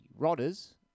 Rodders